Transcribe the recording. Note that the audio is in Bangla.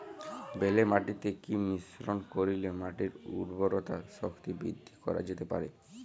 বেলে মাটিতে কি মিশ্রণ করিলে মাটির উর্বরতা শক্তি বৃদ্ধি করা যেতে পারে?